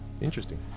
interesting